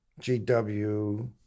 GW